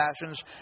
passions